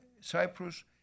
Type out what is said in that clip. Cyprus